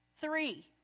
Three